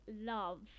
love